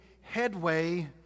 headway